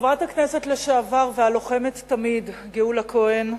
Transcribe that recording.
חברת הכנסת לשעבר והלוחמת תמיד גאולה כהן,